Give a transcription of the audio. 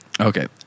Okay